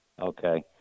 Okay